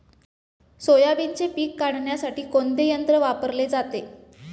सोयाबीनचे पीक काढण्यासाठी कोणते यंत्र वापरले जाते?